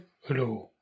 hello